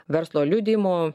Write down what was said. verslo liudijimo